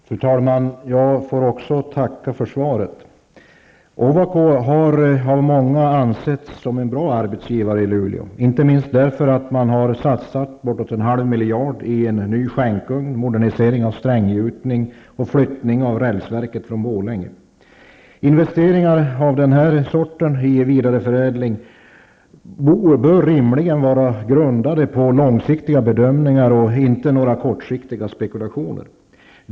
Fru talman! Jag får också tacka för svaret. Ovako har av många ansetts vara en bra arbetsgivare i Luleå, inte minst därför att man har satsat bortåt en halv miljard i en ny skänkugn, i modernisering av strängjutning och i flyttning av rälsverket från Borlänge. Investeringar av det slaget -- i vidareförädling -- bör rimligen vara grundade på långsiktiga bedömningar och inte på kortsiktiga spekulationer.